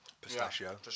Pistachio